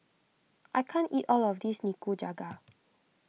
I can't eat all of this Nikujaga